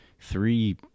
three